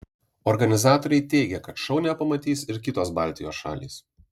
organizatoriai teigia kad šou nepamatys ir kitos baltijos šalys